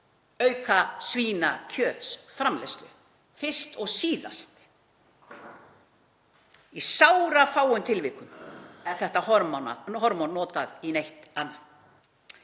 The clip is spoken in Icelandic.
auka svínakjötsframleiðslu fyrst og síðast. Í sárafáum tilvikum er þetta hormón notað í eitthvað annað.